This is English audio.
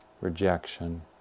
rejection